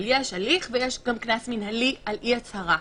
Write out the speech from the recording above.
אבל יש הליך ויש קנס מינהלי על אי-הצהרה.